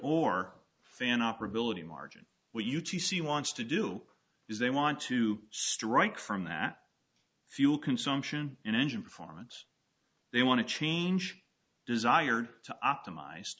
or fan operability margin what u t c wants to do is they want to strike from that fuel consumption and engine performance they want to change desired to optimize